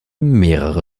mehrere